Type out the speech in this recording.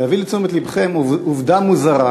להביא לתשומת לבכם עובדה מוזרה,